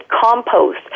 compost